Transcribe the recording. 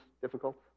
difficult